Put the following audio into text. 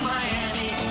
Miami